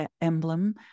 emblem